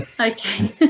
Okay